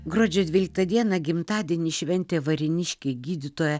gruodžio dvyliktą dieną gimtadienį šventė varėniškė gydytoja